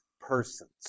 persons